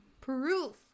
Proof